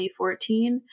2014